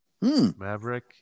Maverick